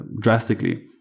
drastically